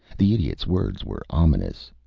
the idiot's words were ominous.